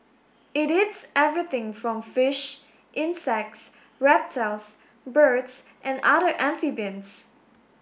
it eats everything from fish insects reptiles birds and other amphibians